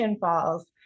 falls